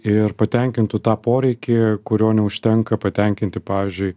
ir patenkintų tą poreikį kurio neužtenka patenkinti pavyzdžiui